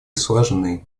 сложны